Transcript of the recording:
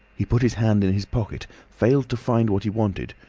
he put his hand in his pocket, failed to find what he wanted,